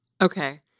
Okay